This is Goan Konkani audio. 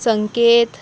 संकेत